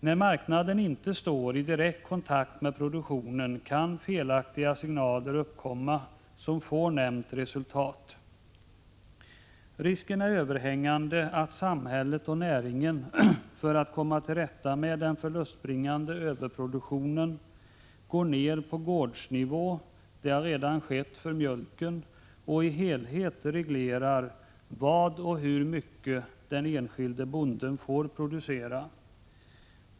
När marknaden inte står i direkt kontakt med produktionen kan felaktiga signaler, som får nämnt resultat, uppkomma. Risken är överhängande att samhället och näringen för att komma till rätta med den förlustbringande överproduktionen går ned på gårdsnivå — det har redan skett för mjölken — och i sin helhet reglerar vad och hur mycket den enskilde bonden får producera.